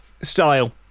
style